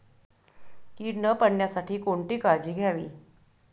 कीड न पडण्यासाठी कोणती काळजी घ्यावी?